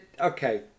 Okay